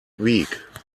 week